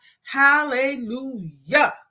Hallelujah